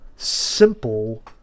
simple